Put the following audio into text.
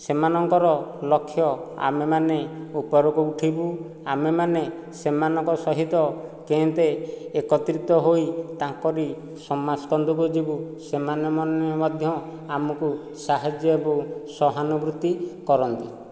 ସେମାନଙ୍କର ଲକ୍ଷ୍ୟ ଆମେମାନେ ଉପରକୁ ଉଠିବୁ ଆମେମାନେ ସେମାନଙ୍କ ସହିତ କେମିତି ଏକତ୍ରିତ ହୋଇ ତାଙ୍କରି ସମାସ୍କନ୍ଦ ହୋଇଯିବୁ ସେମାନେ ମଧ୍ୟ ଆମକୁ ସାହାଯ୍ୟ ଏବଂ ସହାନୁଭୂତି କରନ୍ତି